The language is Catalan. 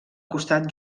costat